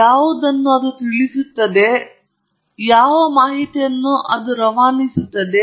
ನೀವು ತಿಳಿಸಲು ಪ್ರಯತ್ನಿಸುತ್ತಿರುವ ನಿಜವಾದ ಮಾಹಿತಿಯನ್ನು ಅದು ರವಾನಿಸುತ್ತದೆ